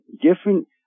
different